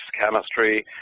chemistry